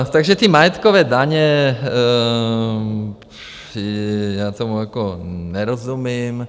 Takže ty majetkové daně já tomu jako nerozumím.